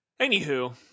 Anywho